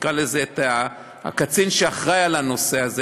נקרא לזה הקצין שאחראי לנושא הזה,